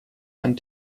ein